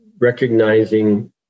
recognizing